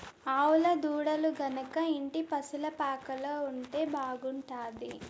ఆవుల దూడలు గనక ఇంటి పశుల పాకలో ఉంటే బాగుంటాది